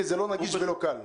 כי זה לא נגיש ולא קל.